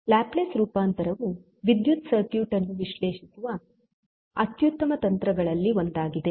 Laplace ರೂಪಾಂತರವು ವಿದ್ಯುತ್ circuit ಅನ್ನು ವಿಶ್ಲೇಷಿಸುವ ಅತ್ಯುತ್ತಮ ತಂತ್ರಗಳಲ್ಲಿ ಒಂದಾಗಿದೆ